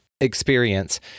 experience